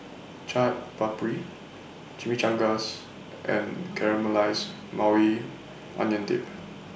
Chaat Papri Chimichangas and Caramelized Maui Onion Dip